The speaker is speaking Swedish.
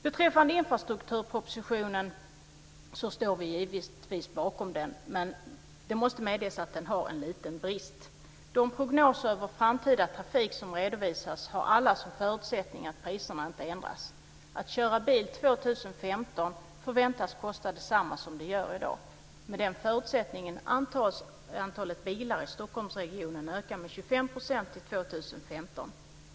Beträffande infrastrukturpropositionen står vi givetvis bakom den, men det måste medges att den har en liten brist. De prognoser över framtida trafik som redovisas har alla som förutsättning att priserna inte ändras. Att köra bil 2015 förväntas kosta detsamma som det gör i dag. Med den förutsättningen antas antalet bilar i Stockholmsregionen öka med 25 % till 2015.